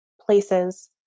places